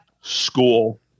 school